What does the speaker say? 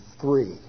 three